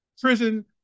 prison